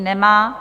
Nemá.